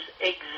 exist